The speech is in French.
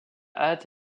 hâte